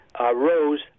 Rose